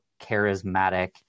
charismatic